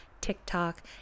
TikTok